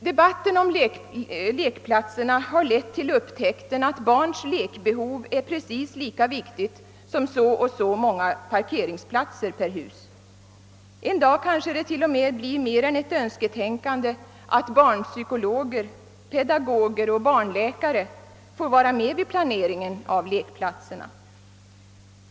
Debatten om lekplatserna har lett till upptäckten att barns lekbehov är precis lika viktigt som så och så många parkeringsplatser per hus. En dag kanske det t.o.m. blir mer än ett önsketänkande att barnpsykologer, pedagoger och barnläkare får vara med vid planeringen av lekplatserna.